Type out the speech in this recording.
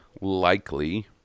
likely